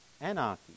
anarchy